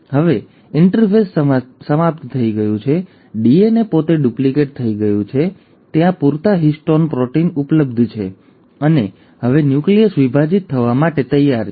હવે ઇન્ટરફેઝ સમાપ્ત થઈ ગયું છે ડીએનએ પોતે ડુપ્લિકેટ થઈ ગયું છે ત્યાં પૂરતા હિસ્ટોન પ્રોટીન ઉપલબ્ધ છે અને હવે ન્યુક્લિયસ વિભાજિત થવા માટે તૈયાર છે